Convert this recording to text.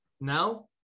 now